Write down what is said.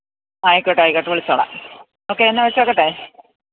ആയ്ക്കോട്ടെ ആയ്ക്കോട്ടെ വിളിച്ചോളാം ഓക്കെ എന്നാ വച്ചേക്കട്ടെ